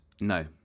No